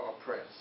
oppressed